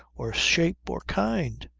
or shape or kind.